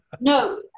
No